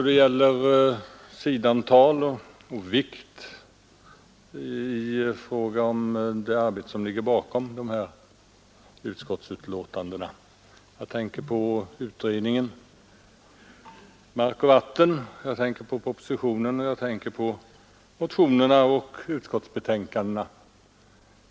Det gäller både om man ser till arbetets allmänna omfattning och till antalet sidor i trycket — från utredningsbetänkandet Hushållning med mark och vatten till propositionen, motionerna och de båda utskottsbetänkandena.